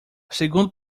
segundo